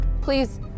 Please